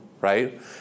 right